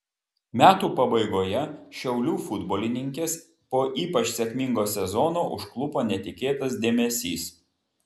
metų pabaigoje šiaulių futbolininkes po ypač sėkmingo sezono užklupo netikėtas dėmesys